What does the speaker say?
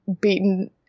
beaten